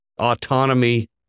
autonomy